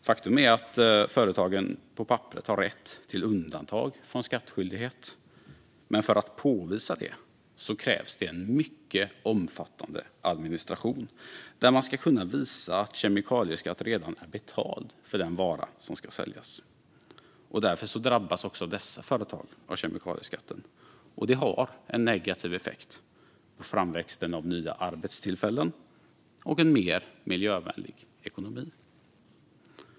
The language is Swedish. Faktum är företagen på papperet har rätt till undantag från skattskyldighet, men för att påvisa det krävs det en mycket omfattande administration där man ska kunna visa att kemikalieskatt redan är betald för den vara som ska säljas. Därför drabbas också dessa företag av kemikalieskatten, och det har en negativ effekt på framväxten av nya arbetstillfällen och en mer miljövänlig ekonomi.